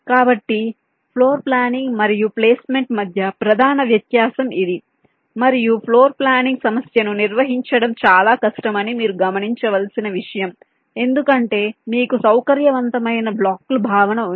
కాబట్టి floor planning మరియు placement మధ్య ప్రధాన వ్యత్యాసం ఇది మరియు ఫ్లోర్ ప్లానింగ్ సమస్యను నిర్వహించడం చాలా కష్టం అని మీరు గమనించవలసిన విషయం ఎందుకంటే మీకు సౌకర్యవంతమైన బ్లాకుల భావన ఉంది